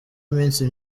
iminsi